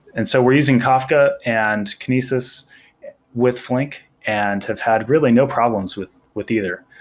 and so we're using kafka and kinesis with flink and have had really no problems with with either.